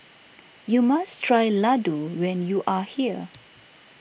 you must try Ladoo when you are here